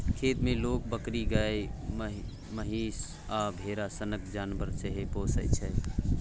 खेत मे लोक बकरी, गाए, महीष आ भेरा सनक जानबर सेहो पोसय छै